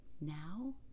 Now